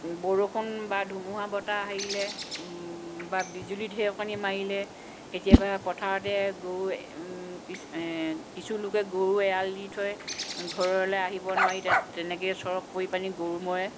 বৰষুণ বা ধুমুহা বতাহ আহিলে বা বিজুলি ঢেৰেকনি মাৰিলে কেতিয়াবা পথাৰতে গৰু কিছু কিছু লোকে গৰু এৰাল দি থয় ঘৰলৈ আহিব নোৱাৰি তাত তেনেকৈয়ে চৰক পৰি পানি গৰু মৰে